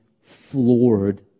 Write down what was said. floored